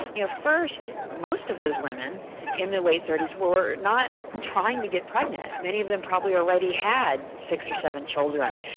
you know, first, most of those women in their late thirty s were not trying to get pregnant. many of them probably already had six or seven children.